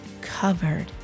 covered